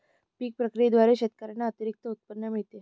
पीक प्रक्रियेद्वारे शेतकऱ्यांना अतिरिक्त उत्पन्न मिळते